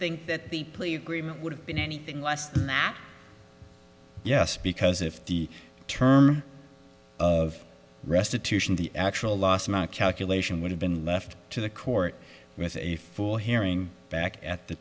think that the plea agreement would have been anything less than that yes because if the term of restitution the actual loss amount calculation would have been left to the court with a full hearing back at the